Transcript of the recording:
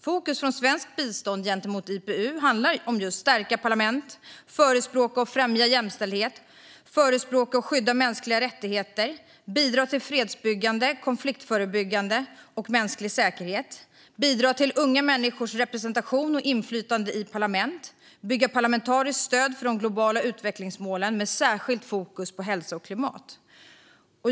Fokus från svenskt bistånd gentemot IPU är just att stärka parlament förespråka och främja jämställdhet förespråka och skydda mänskliga rättigheter bidra till fredsbyggande, konfliktförebyggande och mänsklig säkerhet bidra till unga människors representation och inflytande i parlament bygga parlamentariskt stöd för de globala utvecklingsmålen med särskilt fokus på hälsa och klimat.